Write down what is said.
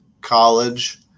college